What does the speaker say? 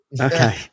Okay